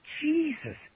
Jesus